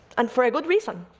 and for a good reason,